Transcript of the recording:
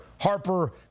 Harper